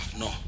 no